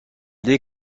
les